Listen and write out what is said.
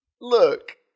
look